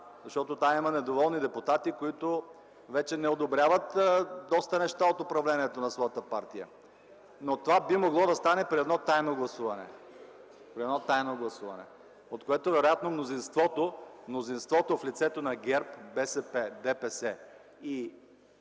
защото там има недоволни депутати, които вече не одобряват доста неща от управлението на своята партия. Но това би могло да стане при едно тайно гласуване, при което вероятно мнозинството, в лицето на ГЕРБ, БСП, ДПС и